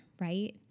right